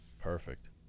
Perfect